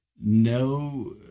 no